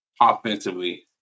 offensively